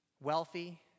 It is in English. wealthy